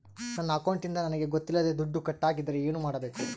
ನನ್ನ ಅಕೌಂಟಿಂದ ನನಗೆ ಗೊತ್ತಿಲ್ಲದೆ ದುಡ್ಡು ಕಟ್ಟಾಗಿದ್ದರೆ ಏನು ಮಾಡಬೇಕು?